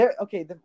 Okay